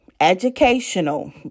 educational